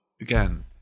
again